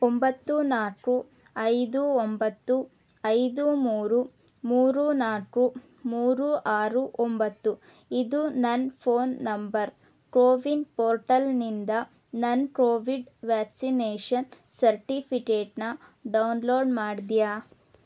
ಒಂಬತ್ತು ನಾಲ್ಕು ಐದು ಒಂಬತ್ತು ಐದು ಮೂರು ಮೂರು ನಾಕು ಮೂರು ಆರು ಒಂಬತ್ತು ಇದು ನನ್ನ ಫೋನ್ ನಂಬರ್ ಕೋವಿನ್ ಪೋರ್ಟಲ್ನಿಂದ ನನ್ ಕೋವಿಡ್ ವ್ಯಾಕ್ಸಿನೇಷನ್ ಸರ್ಟಿಫಿಕೇಟ್ನ ಡೌನ್ಲೋಡ್ ಮಾಡಿದ್ಯಾ